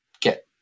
get